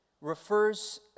refers